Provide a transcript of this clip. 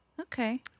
Okay